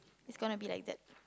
it's going to be like that